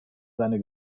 seine